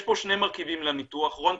יש פה שני מרכיבים לניתוח רון,